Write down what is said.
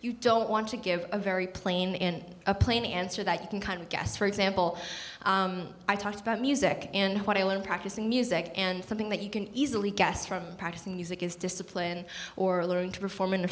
you don't want to give a very plain in a plain answer that you can kind of guess for example i talked about music and what i learned practicing music and something that you can easily guess from practicing music is discipline or learning to perform in the